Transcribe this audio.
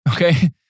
Okay